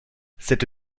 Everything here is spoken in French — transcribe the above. cette